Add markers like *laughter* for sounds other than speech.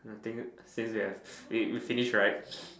I think since we have *noise* eh we finish right *noise*